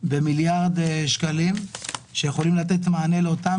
על מיליארד שקלים שיכולים לתת מענה לאותם